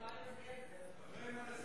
אפרים הגבר.